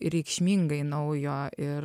reikšmingai naujo ir